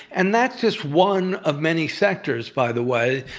and that's just one of many sectors, by the way.